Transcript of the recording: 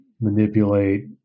manipulate